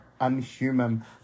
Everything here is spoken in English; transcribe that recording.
unhuman